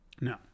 no